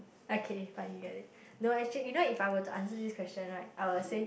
okay fine you get it no actual you know if I were to answer this question right I will say